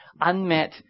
unmet